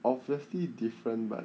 obviously different but